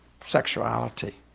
sexuality